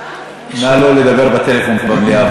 נא לא לדבר בטלפון במליאה.